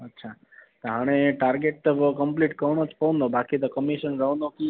अच्छा त हाणे टारगेट त पोइ कम्पलीट करणो पवंदो बाक़ी त कमीशन रहंदो की